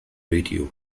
radio